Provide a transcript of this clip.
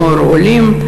נוער עולים.